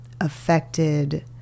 affected